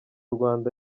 rwanda